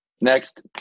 next